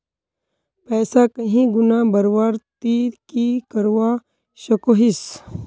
पैसा कहीं गुणा बढ़वार ती की करवा सकोहिस?